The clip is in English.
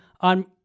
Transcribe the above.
on